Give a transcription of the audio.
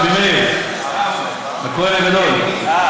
רבי מאיר, הכוהן הגדול, מה?